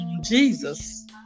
Jesus